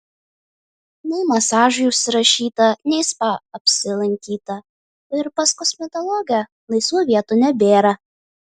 nei masažui užsirašyta nei spa apsilankyta o ir pas kosmetologę laisvų vietų nebėra